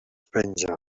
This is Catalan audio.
penja